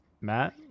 Matt